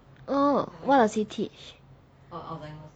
oh what does he teach